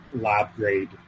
lab-grade